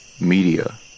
Media